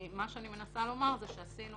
מה שאני מנסה לומר זה שעשינו